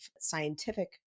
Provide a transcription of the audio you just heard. scientific